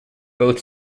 both